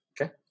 Okay